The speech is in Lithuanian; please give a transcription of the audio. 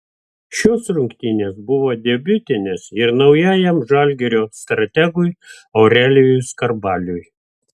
šios rungtynės buvo debiutinės ir naujajam žalgirio strategui aurelijui skarbaliui